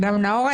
הצבעה לא אושרו.